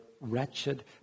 wretched